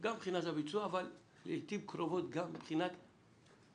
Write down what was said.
גם מבחינת הביצוע אבל לעיתים קרובות גם מבחינת הנראות,